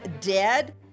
dead